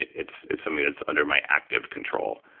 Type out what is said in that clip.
it's it's something that's under my active control.